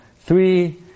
Three